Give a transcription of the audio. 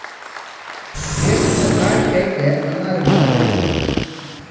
खेत मे काज कय केँ अनाज उपजाबै छै